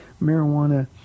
marijuana